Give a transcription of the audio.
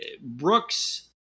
Brooks